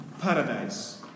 paradise